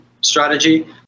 strategy